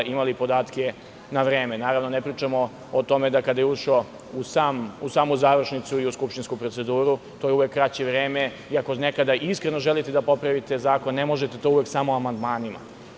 Naravno, ne pričamo o tome da kada je zakon ušao u samu završnicu i u skupštinsku proceduru, to je uvek kraće vreme i ako nekada iskreno želite da popravite zakon, ne možete to uvek samo amandmanima.